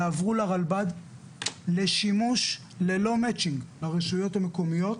יעברו לרלב"ד לשימוש ללא מצ'ינג לרשויות המקומיות,